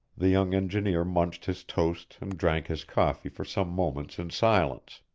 the young engineer munched his toast and drank his coffee for some moments in silence.